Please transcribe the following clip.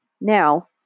Now